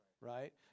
Right